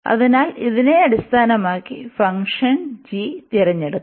അതിനാൽ ഇതിനെ അടിസ്ഥാനമാക്കി ഫംഗ്ഷൻ g തിരഞ്ഞെടുക്കാം